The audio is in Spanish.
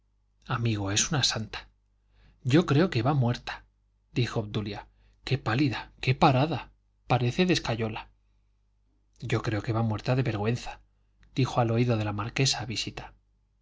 amigo es una santa yo creo que va muerta dijo obdulia qué pálida qué parada parece de escayola yo creo que va muerta de vergüenza dijo al oído de la marquesa visita